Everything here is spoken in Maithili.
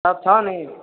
सब छौ नहि